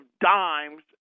dimes